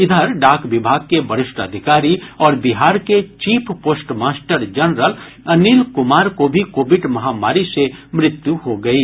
इधर डाक विभाग के वरिष्ठ अधिकारी और बिहार के chief post master general Anil Kumar की भी कोविड महामारी से मृत्यु हो गयी